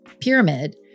pyramid